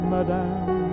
Madame